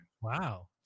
Wow